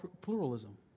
pluralism